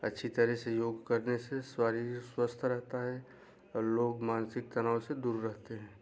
अच्छी तरह से योग करने से शरीर स्वस्थ रहता है और लोग मानसिक तनाव से दूर रहते हैं